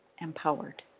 empowered